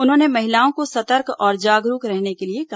उन्होंने महिलाओं को सतर्क और जागरूक रहने के लिए कहा